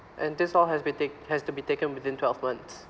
and this all has been take~ has to be taken within twelve months